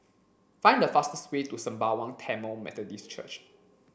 find the fastest way to Sembawang Tamil Methodist Church